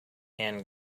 and